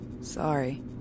Sorry